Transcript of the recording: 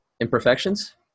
Imperfections